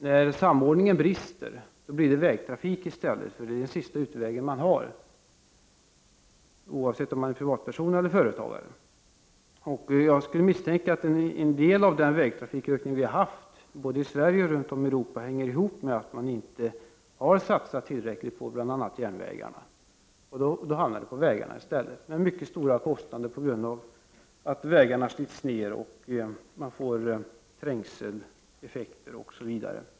När samordningen brister blir det fråga om vägtrafik i stället, eftersom detta är den sista utvägen man har att tillgå, oavsett om man är privatperson eller företagare. Jag misstänker att en del av vägtrafikökningen både i Sverige och runt om i Europa hänger ihop med att man inte har satsat tillräckligt på bl.a. järnvägarna. Då hamnar trafiken på vägarna i stället, och följden blir mycket stora kostnader på grund av att vägarna slits ner, det uppstår trängseleffekter OSV.